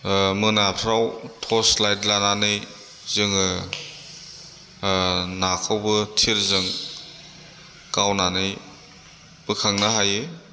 मोनाफोराव torch light लानानै जोङो नाखौबो थिरजों गावनानै बोखांनो हायो